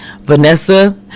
Vanessa